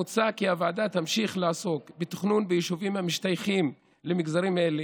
מוצע כי הוועדה תמשיך לעסוק בתכנון ביישובים המשתייכים למגזרים אלה,